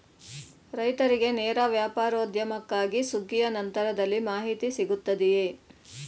ರೈತರಿಗೆ ನೇರ ವ್ಯಾಪಾರೋದ್ಯಮಕ್ಕಾಗಿ ಸುಗ್ಗಿಯ ನಂತರದಲ್ಲಿ ಮಾಹಿತಿ ಸಿಗುತ್ತದೆಯೇ?